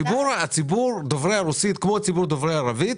הציבור דובר הרוסית כמו הציבור דובר הערבית